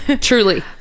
Truly